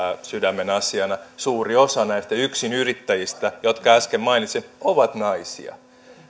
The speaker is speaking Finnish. sydämen asiana suuri osa näistä yksinyrittäjistä jotka äsken mainitsin ovat naisia